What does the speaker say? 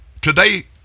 Today